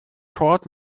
short